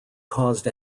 caused